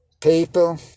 People